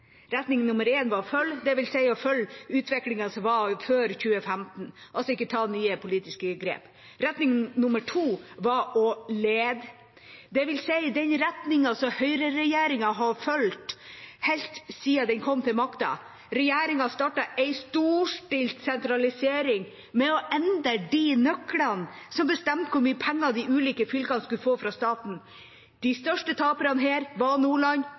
Retning nr. 1 var å «følge», det vil si å følge utviklingen som var før 2015, altså ikke ta nye politiske grep. Retning nr. 2 var å «lede» det vil si den retningen som høyreregjeringa har fulgt helt siden den kom til makta. Regjeringa startet en storstilt sentralisering med å endre de nøklene som bestemte hvor mye penger de ulike fylkene skulle få fra staten. De største taperne her var Nordland